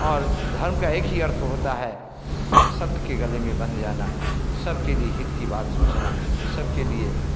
और धर्म का एक ही अर्थ होता है सत्य के गले में बंध जाना सबके लिए हित की बात सोचना सबके लिए